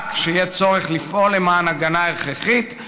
רק כשיהיה צורך לפעול למען הגנה הכרחית,